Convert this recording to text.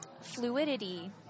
fluidity